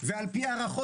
ועל-פי הערכות,